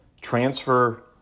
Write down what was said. Transfer